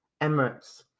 Emirates